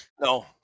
no